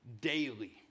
daily